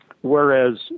Whereas